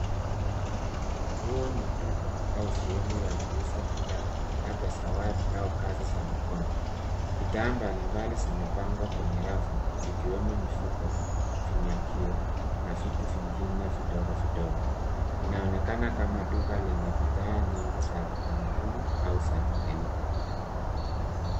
Huo ni duka au sehemu ya kuuza bidhaa labda zawadi au kazi za mikono. Bidhaa mbalimbali zimepangwa kwenye rafu zikiwemo mifuko, vinyangio na vitu vingine vidogo, vidogo. Inaonekana kama duka lenye bidhaa nyingi za kitamaduni au za kitalii.